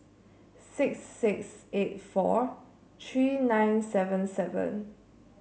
six six eight four three nine seven seven